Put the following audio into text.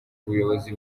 buyobozi